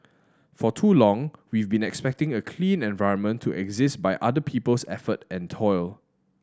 for too long we've been expecting a clean environment to exist by other people's effort and toil